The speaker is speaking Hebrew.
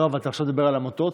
עכשיו אתה מדבר על המטות?